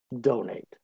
donate